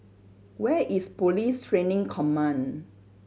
where is Police Training Command